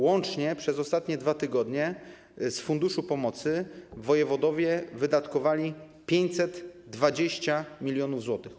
Łącznie przez ostatnie 2 tygodnie z funduszu pomocy wojewodowie wydatkowali 520 mln zł.